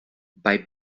bei